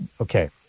Okay